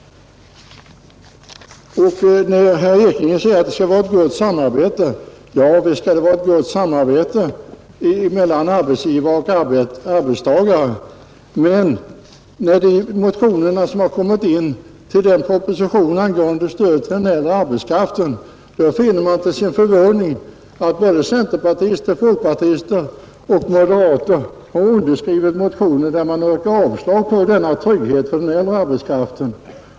Herr Ekinge säger att det skall vara ett gott samarbete. Javisst skall det vara ett gott samarbete mellan arbetsgivare och arbetstagare, men i de motioner som väckts med anledning av propositionen angående stöd till den äldre arbetskraften finner man till sin förvåning att både centerpartister, folkpartister och moderater yrkar avslag på denna trygghet för den äldre arbetskraften.